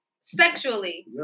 sexually